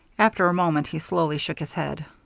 after a moment he slowly shook his head.